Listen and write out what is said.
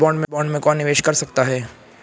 इस बॉन्ड में कौन निवेश कर सकता है?